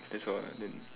that's all ah then